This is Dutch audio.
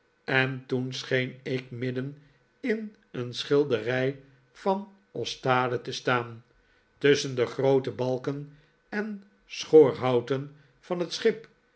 en toen scheen ik midden in een schilderij van ostade te staan tusschen de groote balken en schoorhouten van het schip